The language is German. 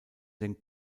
den